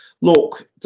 Look